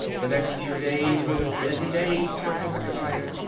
the next few days were busy days for hezekiah.